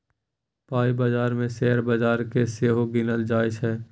पाइ बजार मे शेयर बजार केँ सेहो गिनल जाइ छै